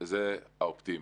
זה האופטימי.